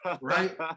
right